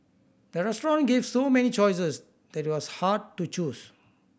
the restaurant gave so many choices that it was hard to choose